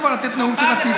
ככה מנהלים ישיבת מליאה?